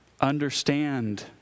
understand